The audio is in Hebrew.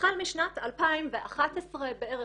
החל משנת 2011 בערך,